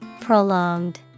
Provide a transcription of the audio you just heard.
Prolonged